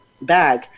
bag